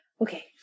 Okay